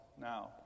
now